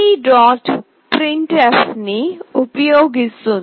printf ని ఉపయోగిస్తుంది